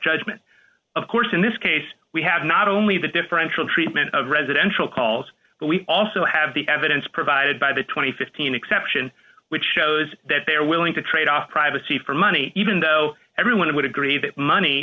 judgment of course in this case we have not only the differential treatment of residential calls but we also have the evidence provided by the two thousand and fifteen exception which shows that they're willing to trade off privacy for money even though everyone would agree that money